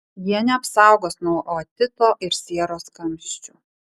jie neapsaugos nuo otito ir sieros kamščių